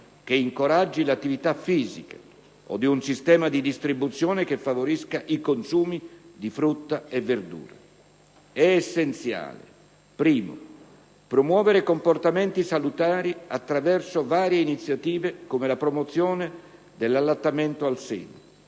che incoraggi l'attività fisica o di un sistema di distribuzione che favorisca i consumi di frutta e verdura. È essenziale: *a)* promuovere comportamenti salutari attraverso varie iniziative come la promozione dell'allattamento al seno.